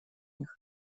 них